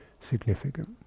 significant